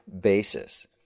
basis